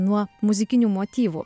nuo muzikinių motyvų